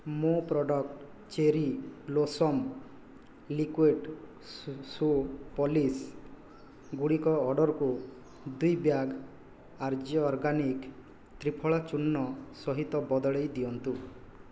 ମୋ product cherry blossom liquid shoe shoe polish ଗୁଡ଼ିକ ଅର୍ଡ଼ରକୁ ଦୁଇ ବ୍ୟାଗ୍ ଆର୍ଯ୍ୟ ଅର୍ଗାନିକ୍ ତ୍ରିଫଳା ଚୂର୍ଣ୍ଣ ସହିତ ବଦଳାଇ ଦିଅନ୍ତୁ